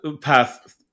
path